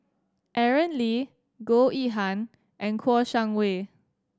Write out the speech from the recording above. Aaron Lee Goh Yihan and Kouo Shang Wei